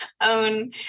own